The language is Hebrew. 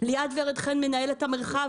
ליאת ורד חן מנהלת המרחב,